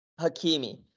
Hakimi